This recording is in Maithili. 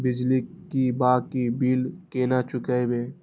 बिजली की बाकी बील केना चूकेबे?